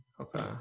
Okay